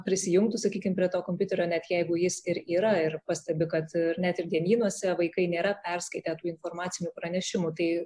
prisijungtų sakykim prie to kompiuterio net jeigu jis ir yra ir pastebi kad net ir dienynuose vaikai nėra perskaitę tų informacinių pranešimų tai